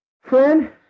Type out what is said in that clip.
friend